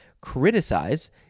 criticize